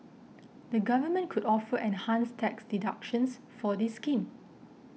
the government could offer enhanced tax deductions for this scheme